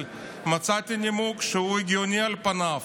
מצאתי נימוק שהוא הגיוני על פניו,